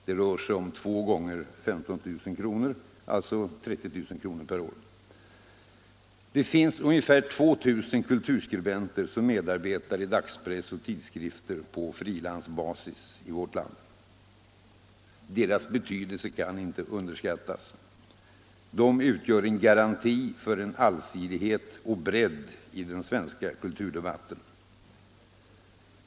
Det rör sig om två gånger 15 000 kr., alltså 30 000 kr. per år. Det finns ungefär 2 000 kulturskribenter som medarbetar i dagspress och tidskrifter på frilansbasis i vårt land. Deras betydelse kan inte överskattas. De utgör en garanti för allsidighet och bredd i den svenska kulturdebatten.